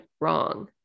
wrong